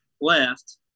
left